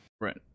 right